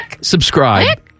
subscribe